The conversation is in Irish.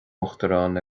uachtaráin